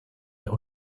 der